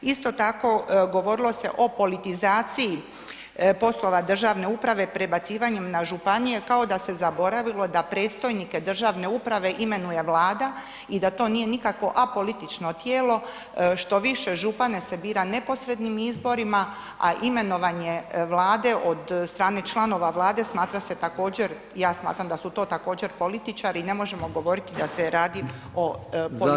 Isto tako govorili se o politizaciji poslova državne uprave prebacivanjem na županije kao da se zaboravilo da predstojnike državne uprave imenuje Vlada i da to nije nikakvo apolitično tijelo, štoviše, župane se bira neposrednim izborima a imenovanje Vlade od strane članova Vlade, smatra se također, ja smatram da su to također političari i ne možemo govoriti da se radi o politizaciji.